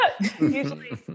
Usually